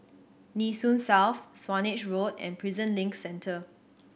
Nee Soon South Swanage Road and Prison Link Centre